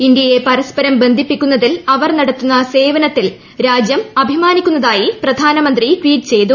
ഇന്ത്യയെ പരസ്പരം ബന്ധിപ്പിക്കുന്നതിൽ അ്വർ നടത്തുന്ന സേവനത്തിൽ രാജ്യം അഭിമാനിക്കുന്നതായി പ്രധാനമന്ത്രി ട്വീറ്റ് ചെയ്തു